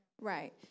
Right